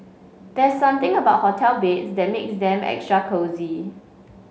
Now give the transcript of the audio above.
there's something about hotel beds that makes them extra cosy